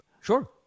Sure